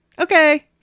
okay